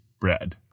bread